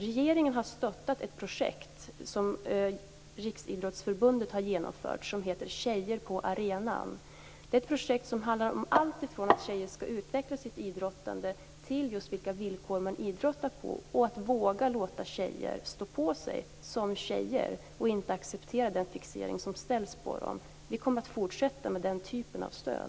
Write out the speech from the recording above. Regeringen har stöttat ett projekt som Riksidrottsförbundet har genomfört, som heter Tjejer på arenan. Projektet handlar bl.a. om att tjejer skall utveckla sitt idrottande men också om vilka villkor man idrottar på och att hjälpa tjejer att våga stå på sig som tjejer och inte acceptera den fixering de utsätts för. Vi kommer att fortsätta med den typen av stöd.